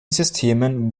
systemen